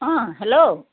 অঁ হেল্ল'